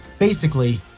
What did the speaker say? basically,